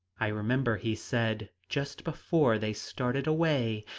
i remember he said, just before they started away,